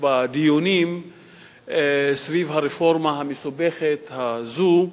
בדיונים סביב הרפורמה המסובכת הזו.